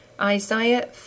Isaiah